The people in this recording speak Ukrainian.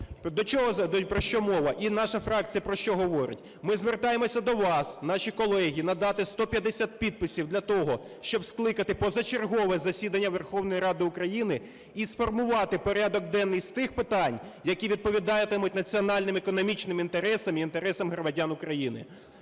України. Про що мова? І наша фракція про що говорить? Ми звертаємося до вас, наші колеги, надати 150 підписів для того, щоб скликати позачергове засідання Верховної Ради України і сформувати порядок денний з тих питань, які відповідатимуть національним економічним інтересам і інтересам громадян України,